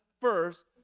first